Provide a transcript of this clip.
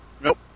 Nope